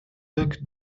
wirkt